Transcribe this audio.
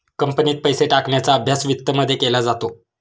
कंपनीत पैसे टाकण्याचा अभ्यास वित्तमध्ये केला जातो